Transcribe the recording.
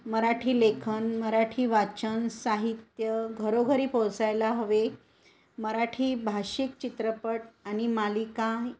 मराठी लेखन मराठी वाचन साहित्य घरोघरी पोहोचायला हवे मराठी भाषिक चित्रपट आणि मालिका